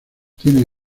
tiene